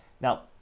Now